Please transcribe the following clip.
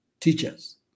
teachers